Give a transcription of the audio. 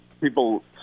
people